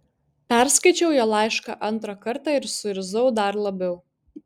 perskaičiau jo laišką antrą kartą ir suirzau dar labiau